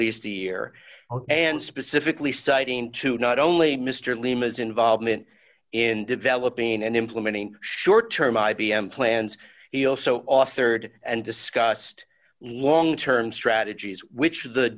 least a year and specifically citing to not only mr lima's involvement in developing and implementing short term i b m plans he also authored and discussed long term strategies which the